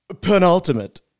penultimate